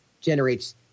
generates